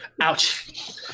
Ouch